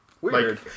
Weird